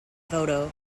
photo